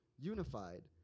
unified